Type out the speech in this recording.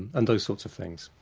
and those sorts of things.